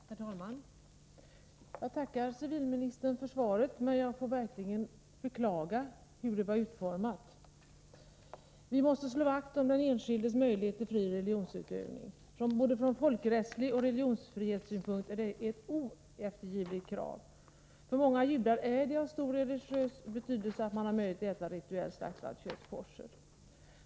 Herr talman! Jag tackar civilministern för svaret, men jag får verkligen beklaga dess utformning. Vi måste slå vakt om den enskildes möjlighet till fri religionsutövning. Både från folkrättslig synpunkt och från religionsfrihetssynpunkt är detta ett oeftergivligt krav. För många judar är det av stor religiös betydelse att man har möjlighet att äta rituellt slaktat kött — koscher.